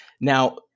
Now